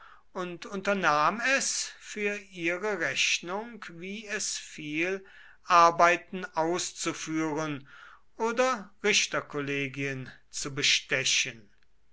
und unternahm es für ihre rechnung wie es fiel arbeiten auszuführen oder richterkollegien zu bestechen